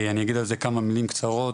אני אגיד על זה כמה מילים קצרות,